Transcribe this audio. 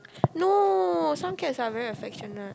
no some cats are very affectionate